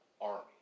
army